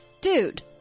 Dude